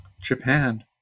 Japan